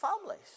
families